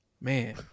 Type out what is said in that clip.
Man